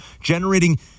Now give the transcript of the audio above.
generating